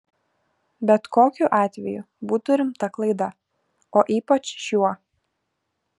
bet kokiu atveju būtų rimta klaida o ypač šiuo